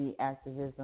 activism